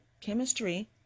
Chemistry